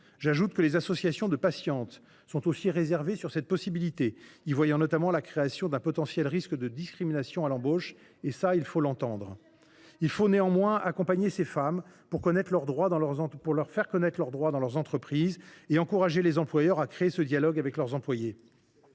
J’ajoute que les associations de patientes sont aussi réservées sur cette possibilité, y voyant notamment la création d’un potentiel risque de discrimination à l’embauche. Il faut l’entendre. Il faut serrer les dents ! Il faut néanmoins accompagner ces femmes pour leur faire connaître leurs droits dans l’entreprise et encourager les employeurs à créer le dialogue avec leurs employées.